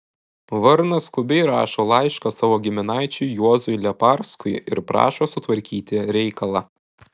varnas skubiai rašo laišką savo giminaičiui juozui leparskui ir prašo sutvarkyti reikalą